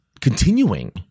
continuing